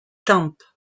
tempe